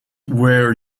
wear